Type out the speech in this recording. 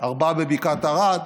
ארבעה בבקעת ערד,